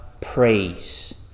praise